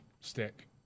stick